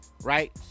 right